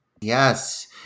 Yes